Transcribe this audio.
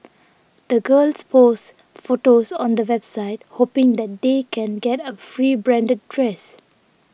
the girls posts photos on a website hoping that they can get a free branded dress